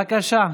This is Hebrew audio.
בבקשה.